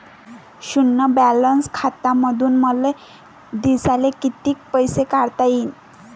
शुन्य बॅलन्स खात्यामंधून मले दिवसाले कितीक पैसे काढता येईन?